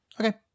Okay